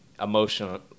emotional